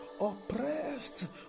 oppressed